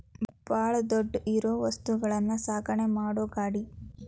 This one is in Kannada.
ಬಾಳ ದೊಡ್ಡ ಇರು ವಸ್ತುಗಳನ್ನು ಸಾಗಣೆ ಮಾಡು ಗಾಡಿ